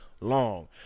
long